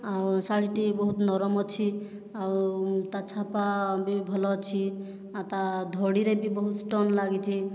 ଆଉ ଶାଢ଼ୀଟି ବହୁତ ନରମ ଅଛି ଆଉ ତା ଛାପା ବି ଭଲ ଅଛି ଆଉ ତା ଧଡ଼ିରେ ବି ବହୁତ ଷ୍ଟୋନ୍ ଲାଗିଛି